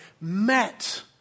met